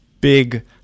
big